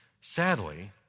Sadly